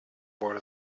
bored